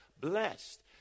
blessed